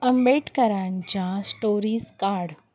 आंबेडकरांच्या स्टोरीज काढ